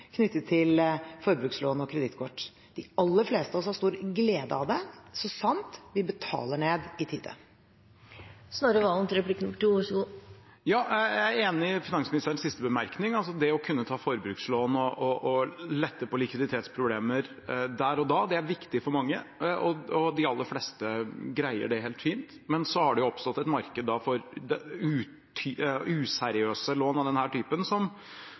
knyttet til forbrukslån og kredittkort. De aller fleste av oss har stor glede av det, så sant vi betaler ned i tide. Jeg er enig i finansministerens siste bemerkning. Det å kunne ta opp forbrukslån og lette på likviditetsproblemer der og da er viktig for mange, og de aller fleste greier det helt fint. Men så har det oppstått et marked for useriøse lån av denne typen, som